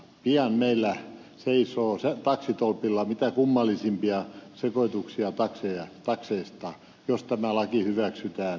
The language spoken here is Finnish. pian meillä seisoo taksitolpilla mitä kummallisimpia sekoituksia takseista jos tämä laki hyväksytään